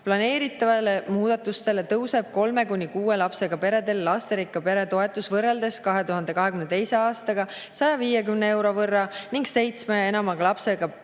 Planeeritava muudatusega tõuseb kolme kuni kuue lapsega peredel lasterikka pere toetus võrreldes 2022. aastaga 150 euro võrra ning seitsme ja enama lapsega